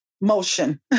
motion